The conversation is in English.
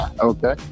Okay